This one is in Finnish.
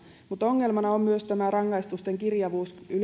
mutta ongelmana on myös rangaistusten kirjavuus